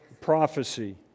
prophecy